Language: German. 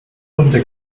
hunde